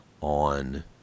on